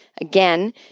again